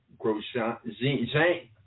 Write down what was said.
Grosjean